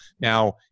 Now